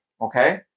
okay